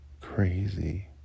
crazy